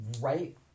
right